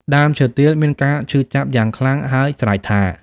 ដើមឈើទាលមានការឈឺចាប់យ៉ាងខ្លាំង ហើយស្រែកថា៖